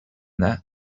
that